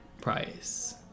price